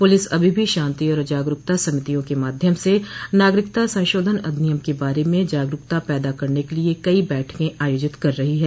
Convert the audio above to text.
police अभी भी शांति और जागरूकता समितियों के माध्यम से नागरिकता संशोधन अधिनियम के बारे में जागरूकता पैदा करने के लिए कई बैठकें आयोजित कर रही है